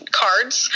cards